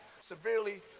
severely